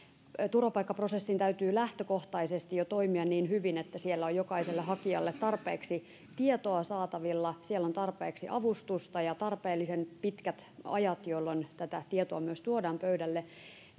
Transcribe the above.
turvapaikkaprosessin täytyy jo lähtökohtaisesti toimia niin hyvin että siellä on jokaiselle hakijalle tarpeeksi tietoa saatavilla siellä on tarpeeksi avustusta ja tarpeellisen pitkät ajat jolloin tätä tietoa myös tuodaan pöydälle